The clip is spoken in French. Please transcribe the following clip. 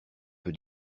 peu